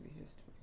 history